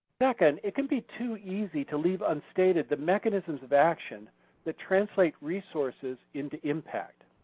second it can be too easy to leave unstated the mechanisms of action that translate resources into impact.